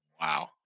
Wow